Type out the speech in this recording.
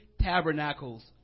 tabernacles